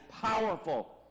powerful